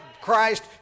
Christ